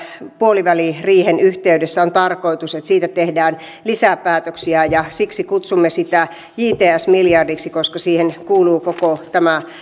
puoliväliriihen yhteydessä on tarkoitus siitä tehdä lisäpäätöksiä ja siksi kutsumme sitä jts miljardiksi koska siihen kuuluu koko tämän